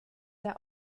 der